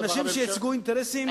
אנשים שייצגו אינטרסים,